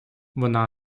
вона